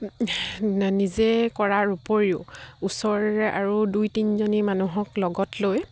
নিজে কৰাৰ উপৰিও ওচৰৰে আৰু দুই তিনিজনী মানুহক লগত লৈ